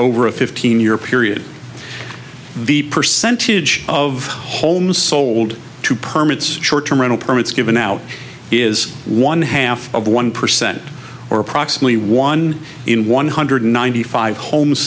over a fifteen year period the percentage of homes sold to permits short term rental permits given out is one half of one percent or approximately one in one hundred ninety five home